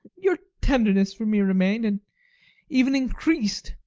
your tenderness for me remained, and even increased,